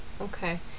Okay